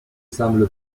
semble